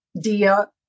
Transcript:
dia